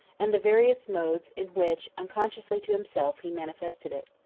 and the various modes in which, unconsciously to himself, he manifested it.